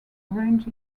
range